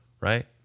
right